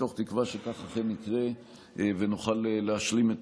מתוך תקווה שכך אכן יקרה ונוכל להשלים את